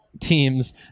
teams